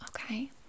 okay